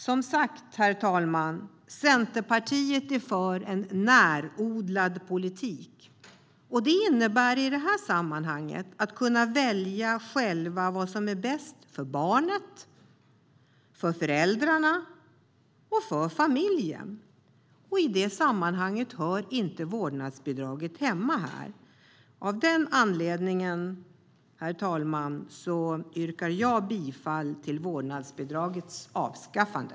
Som sagt, herr talman, Centerpartiet är för en närodlad politik. Det innebär i det här sammanhanget att man själv ska kunna välja vad som är bäst för barnet, för föräldrarna och för familjen. I det sammanhanget hör vårdnadsbidraget inte hemma. Av den anledningen, herr talman, yrkar jag bifall till förslaget om vårdnadsbidragets avskaffande.